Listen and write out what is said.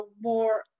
more